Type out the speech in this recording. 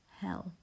hell